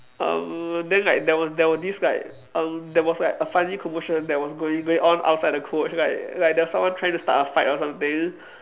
um then like there was there was this like um there was like a funny commotion that was going going on outside the coach like like there was someone trying to start a fight or something